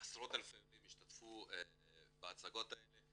עשרות אלפי עולים השתתפו בהצגות האלה,